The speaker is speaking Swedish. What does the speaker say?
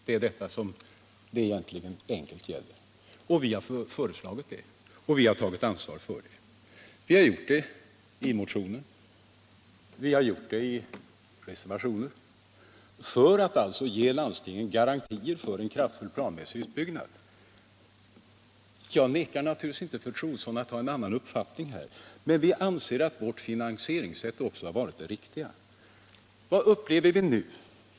Det är helt enkelt detta det handlar om, och vi har föreslagit en sådan utbyggnad och tagit ansvar för det. Vi har gjort det i motioner, och vi har gjort det i reservationer för att ge landstingen garantier för en kraftig, planmässig utbyggnad. Jag nekar inte fru Troedsson att ha en annan uppfattning, men vi anser att vårt finansieringssätt har varit det riktiga. Vad upplever vi nu?